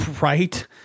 right